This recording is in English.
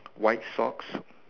white socks